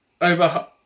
over